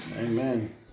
Amen